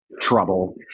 trouble